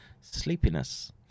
sleepiness